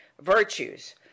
Virtues